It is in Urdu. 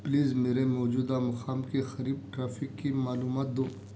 پلیز میرے موجودہ مقام کے قریب ٹریفک کی معلومات دو